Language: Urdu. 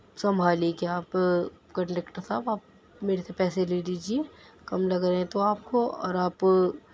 سنبھالی کہ آپ کنڈکٹر صاب آپ میرے سے پیسے لے لیجئے کم لگ رہے ہیں تو آپ کو اور آپ